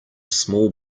small